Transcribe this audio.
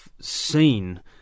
seen